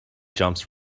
jumps